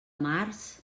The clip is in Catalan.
març